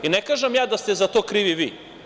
Ne kažem ja da ste za to krivi vi.